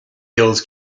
hills